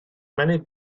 many